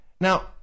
now